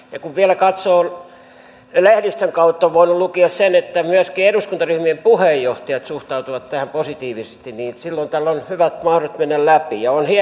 ja kun vielä lehdistön kautta on voinut lukea sen että myöskin eduskuntaryhmien puheenjohtajat suhtautuvat tähän positiivisesti niin silloin tällä on hyvät mahdollisuudet mennä läpi